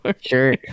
Sure